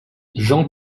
jean